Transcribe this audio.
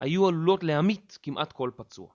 היו עלולות להמית כמעט כל פצוע.